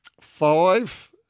Five